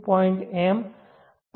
m